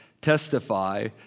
testify